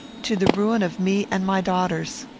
to the ruin of me and my daughters.